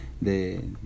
de